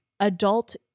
adult